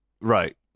Right